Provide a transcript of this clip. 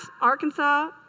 Arkansas